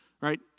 Right